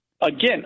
again